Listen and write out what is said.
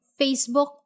Facebook